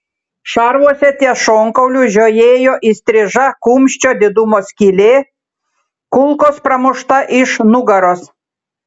šarvuose ties šonkauliu žiojėjo įstriža kumščio didumo skylė kulkos pramušta iš nugaros